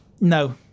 no